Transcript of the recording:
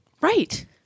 Right